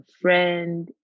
friend